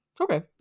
okay